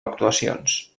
actuacions